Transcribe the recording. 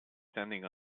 standing